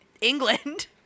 England